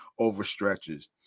overstretches